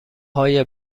های